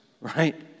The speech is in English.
right